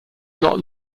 not